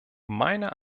meiner